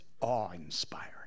awe-inspiring